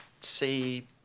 see